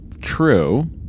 true